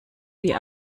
wie